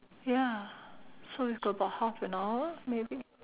ya so we got about half an hour maybe